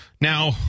Now